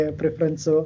preference